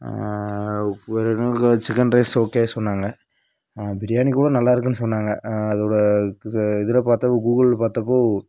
வேற chicken rice okay சொன்னாங்கள் பிரியாணி கூட நல்லாருக்குன்னு சொன்னாங்கள் அதோட இது இதில் பார்த்தப்போ கூகுள்ல பார்த்தப்போ